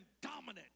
dominant